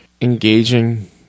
Engaging